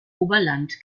oberland